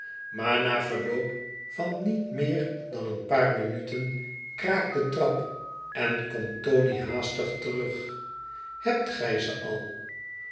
maar na verloop van niet meer dan een paar minuten kraakt de trap en komt tony haastig terug hebt gij ze al